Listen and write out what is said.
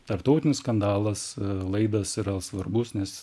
tarptautinis skandalas laidas yra svarbus nes